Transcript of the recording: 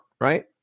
right